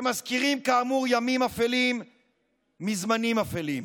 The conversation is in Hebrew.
שמזכירים כאמור ימים אפלים מזמנים אפלים.